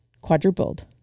quadrupled